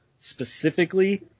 specifically